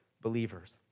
believers